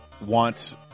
want